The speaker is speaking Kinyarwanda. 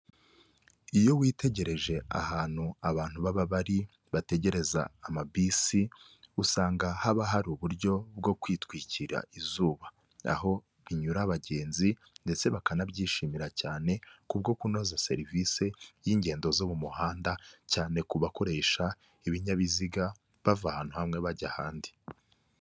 Iyo witegereje ahantu abantu baba bari bategereza amabisi, usanga haba hari uburyo bwo kwitwikira izuba, aho binyura abagenzi ndetse bakanabyishimira cyane kubwo kunoza serivisi y'ingendo zo mu muhanda cyane ku bakoresha ibinyabiziga, bava ahantu hamwe bajya ahandi.